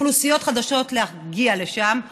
אוכלוסיות חדשות להגיע לשם.